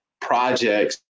projects